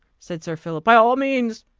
said sir philip, by all means.